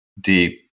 deep